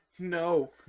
No